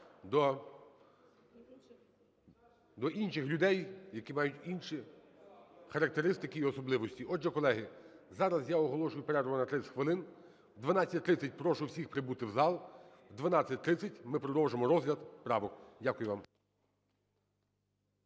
до інших людей, які мають інші характеристики і особливості. Отже, колеги, зараз я оголошую перерву на 30 хвилин. О 12.30 прошу всіх прибути в зал. О 12.30 ми продовжимо розгляд правок. Дякую вам.